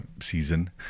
season